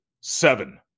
seven